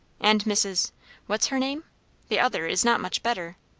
and mrs what's her name the other, is not much better.